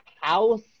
house